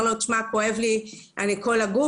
דבר נוסף שמאוד חשוב לי לציין, לדאוג